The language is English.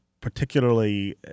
particularly